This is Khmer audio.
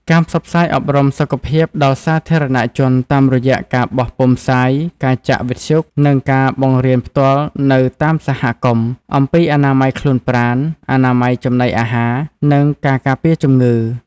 ការផ្សព្វផ្សាយអប់រំសុខភាពដល់សាធារណជន តាមរយៈការបោះពុម្ពផ្សាយ ការចាក់វិទ្យុ និងការបង្រៀនផ្ទាល់នៅតាមសហគមន៍ អំពីអនាម័យខ្លួនប្រាណ អនាម័យចំណីអាហារ និងការការពារជំងឺ។